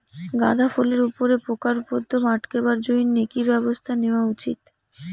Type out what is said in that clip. গাঁদা ফুলের উপরে পোকার উপদ্রব আটকেবার জইন্যে কি ব্যবস্থা নেওয়া উচিৎ?